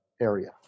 area